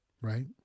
right